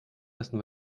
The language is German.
essen